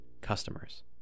customers